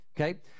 Okay